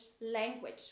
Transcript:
language